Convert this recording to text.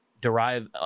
derive